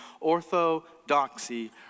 orthodoxy